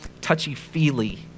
touchy-feely